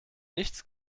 nichts